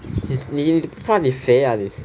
你你你不怕你肥啊你